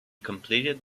completed